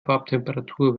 farbtemperatur